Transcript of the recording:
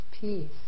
peace